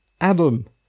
Adam